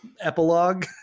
epilogue